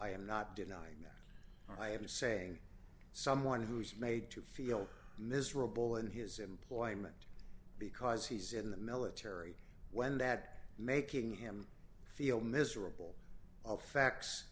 i am not denying that i am saying someone who is made to feel miserable in his employment because he's in the military when that making him feel miserable are facts